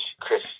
Chris